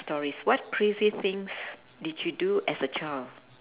stories what crazy things did you do as a child